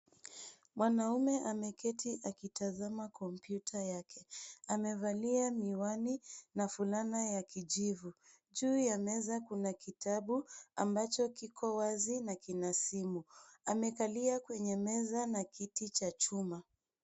Mwanamume ameketi akitazama kompyuta yake. Amevalia miwani na fulana ya kijivu. Juu ya meza kuna kitabu ambacho kiko wazi na kina simu. Amekalia kwenye meza na kiti cha chuma.